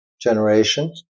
generation